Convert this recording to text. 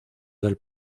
del